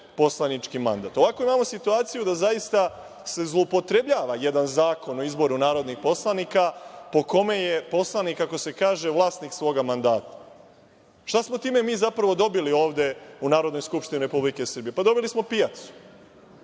poslanički mandat. Ovako imamo situaciju da zaista se zloupotrebljava jedan Zakon o izboru narodnih poslanika po kome je poslanik, kako se kaže, vlasnik svog mandata. Šta smo time zapravo mi dobili ovde u Narodnoj skupštini Republike Srbije? Dobili smo pijacu,